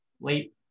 late